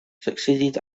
succeeded